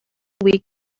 week